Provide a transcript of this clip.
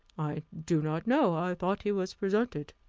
i do not know. i thought he was presented.